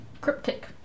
cryptic